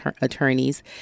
attorneys